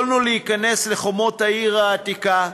יכולנו להיכנס לחומות העיר העתיקה,